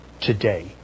today